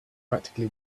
practically